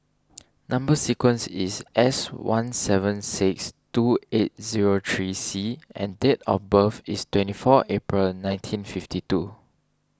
Number Sequence is S one seven six two eight zero three C and date of birth is twenty four April nineteen fifty two